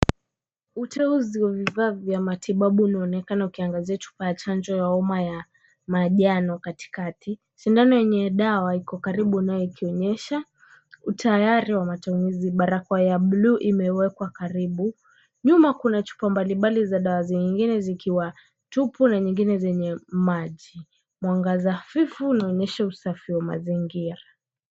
Uteuzi wa vifaa vya matibabu unaonekana ukiangazia chupa ya chanjo ya umma ya manjano katikati, sindano yenye dawa iko karibu naye ikionyesha utayari wa matumizi, barakoa ya bluu imewekwa karibu. Nyuma kuna chupa mbalimbali za dawa zingine zikiwa tupu na nyingine zenye maji. Mwangaza hafifu unaonyesha usafi wa mazingira.